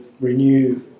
Renew